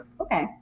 okay